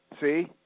See